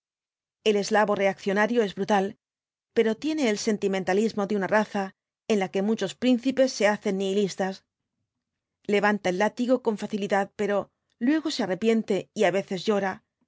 el eslavo reaccionario es brutal pero tiene el sentimentalismo de una raza en la que muchos príncipes se hacen nihilistas levanta el látigo con facilidad pero luego se arrepiente y á veces llora